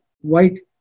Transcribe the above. White